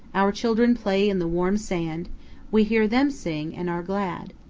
our children play in the warm sand we hear them sing and are glad.